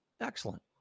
Excellent